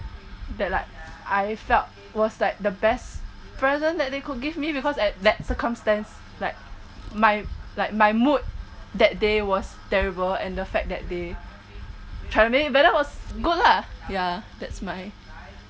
that like I felt was like the best present they could give me because at that circumstance like my like my mood that day was terrible and the fact that they tried to make it better was good lah ya that's my